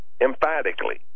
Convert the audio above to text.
emphatically